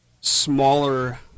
smaller